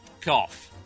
Cough